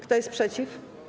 Kto jest przeciw?